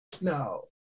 No